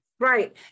Right